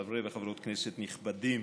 חברי וחברות כנסת נכבדים,